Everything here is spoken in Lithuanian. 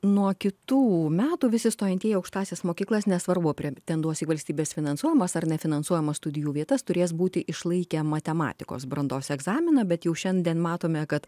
nuo kitų metų visi stojantieji į aukštąsias mokyklas nesvarbu pretenduos į valstybės finansuojamas ar nefinansuojamas studijų vietas turės būti išlaikę matematikos brandos egzaminą bet jau šiandien matome kad